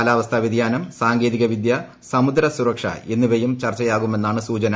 കാലാവസ്ഥാ വൃതിയാനം സാങ്കേതിക വിദ്യ സമുദ്ര സുരക്ഷ എന്നിവയും ചർച്ചയാകുമെന്നാണ് സൂചന